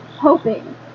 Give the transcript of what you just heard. hoping